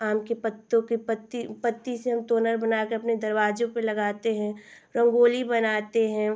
आम के पत्तों की पत्ती पत्ती से हम तोरण बनाकर अपने दरवाजों पर लगाते हैं रंगोली बनाते हैं